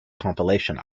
compilation